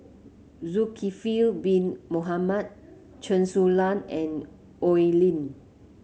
Zulkifli Bin Mohamed Chen Su Lan and Oi Lin